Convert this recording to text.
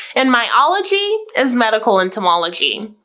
and my ology is medical entomology.